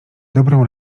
dobrą